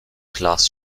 class